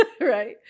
right